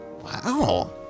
Wow